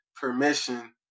permission